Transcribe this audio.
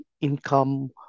income